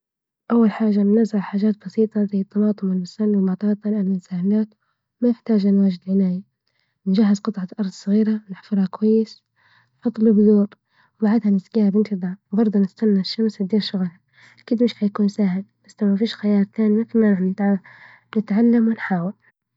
أول حاجة بنزرع حاجات بسيطة زي الطماطم والبصل والبطاط وما تحتاج واجد عناية، نجهز قطعة أرض صغيرة نحفرها كويس نحط البزور، وبعدها نسجيها بإنتظام، الشمس تديها الضوء، أكيد مش هيكون سهل بس ما فيش خيارتاني تتعلم وتحاول.